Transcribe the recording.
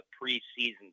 pre-season